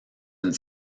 une